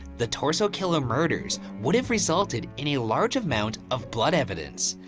the torso killer murders would've resulted in a large amount of blood evidence.